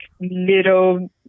little